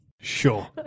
Sure